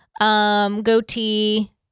Goatee